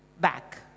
back